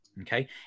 okay